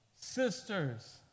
sisters